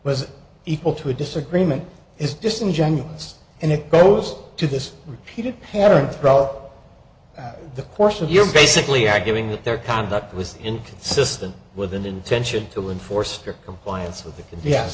was equal to a disagreement is disingenuous and it goes to this repeated pattern throughout the course of your basically arguing that their conduct was inconsistent with an intention to enforce strict compliance with yes